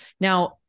Now